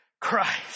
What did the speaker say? Christ